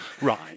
Right